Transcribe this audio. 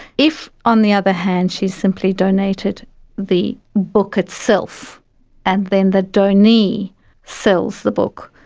if, on the other hand, she simply donated the book itself and then the donee sells the book,